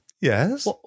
Yes